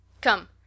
Come